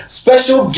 special